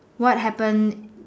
what happen